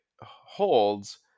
holds